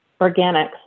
organics